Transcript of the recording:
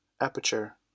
Aperture